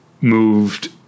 moved—